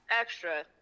extra